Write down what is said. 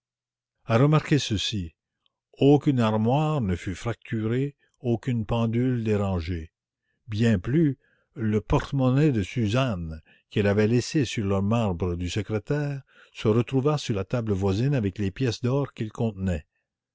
à remarquer ceci aucune armoire ne fut fracturée aucune pendule dérangée bien plus le porte-monnaie de suzanne qu'elle avait laissé sur le marbre du secrétaire se retrouva sur la table voisine avec les pièces d'or qu'il contenait